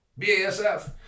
BASF